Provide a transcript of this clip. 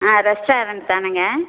ஆ restaurant தானேங்க